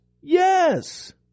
Yes